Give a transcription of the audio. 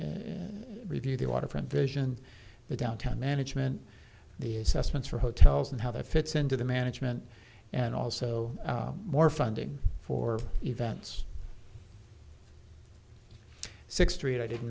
context review the waterfront vision the downtown management the assessments for hotels and how that fits into the management and also more funding for events sixty eight i didn't